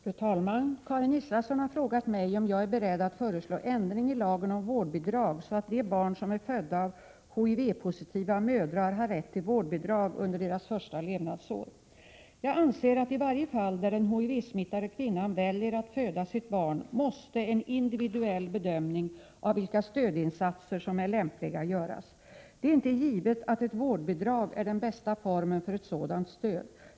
Fru talman! Karin Israelsson har frågat mig om jag är beredd att föreslå ändring i lagen om vårdbidrag så att de barn som är födda av HIV-positiva mödrar har rätt till vårdbidrag under barnens första levnadsår. Jag anser att i varje fall där den HIV-smittade kvinnan väljer att föda sitt barn måste en individuell bedömning av vilka stödinsatser som är lämpliga göras. Det är inte givet att ett vårdbidrag är den bästa formen för ett sådant stöd.